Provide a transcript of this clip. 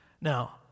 Now